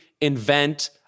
invent